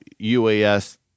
UAS